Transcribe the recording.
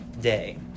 day